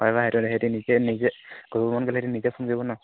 হয় বাৰু সেইটো সিহঁতে নিজে নিজে কৰিব মন গ'লে সিহঁতে নিজে ফোন কৰিব নহ্